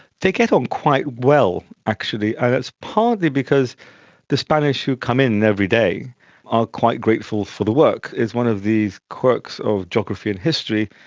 they get on quite well actually, and partly because the spanish who come in every day are quite grateful for the work. it's one of these quirks of geography and history,